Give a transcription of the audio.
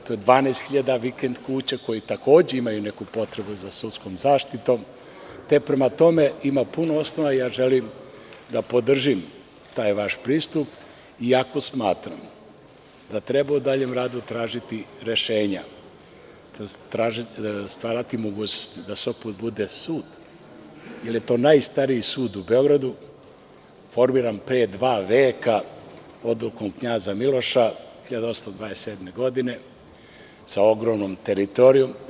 To je 12.000 vikend kuća koje takođe imaju neku potrebu za sudskom zaštitom, te prema tome ima puno osnova i želim da podržim taj vaš pristup, iako smatram da treba u daljem radu tražiti rešenja i stvarati mogućnosti da Sopot bude sud, jer je to najstariji sud u Beogradu, formiran pre dva veka Odlukom Knjaza Miloša 1827. godine sa ogromnom teritorijom.